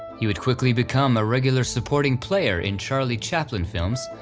he would quickly become a regular supporting player in charlie chaplin films,